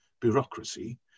bureaucracy